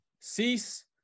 cease